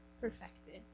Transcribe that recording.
perfected